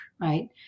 right